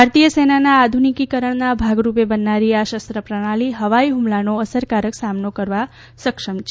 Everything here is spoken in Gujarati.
ભારતીય સેનાના આધુનિકીકરણના ભાગરૂપે મળનારી આ શસ્ત્ર પ્રણાલી હવાઇ હમલાનો અસરકારક સામનો કરવા સક્ષમ છે